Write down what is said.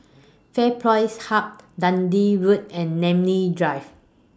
FairPrice Hub Dundee Road and Namly Drive